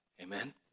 Amen